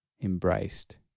embraced